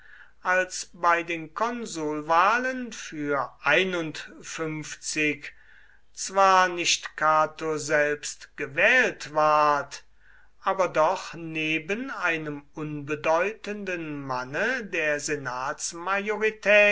als bei den konsulwahlen für zwar nicht cato selbst gewählt ward aber doch neben einem unbedeutenden manne der